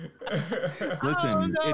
Listen